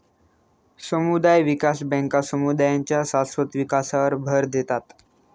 समुदाय विकास बँका समुदायांच्या शाश्वत विकासावर भर देतात